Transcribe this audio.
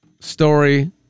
story